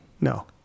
No